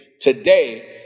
Today